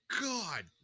God